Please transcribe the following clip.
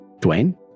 Dwayne